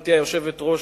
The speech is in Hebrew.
גברתי היושבת-ראש,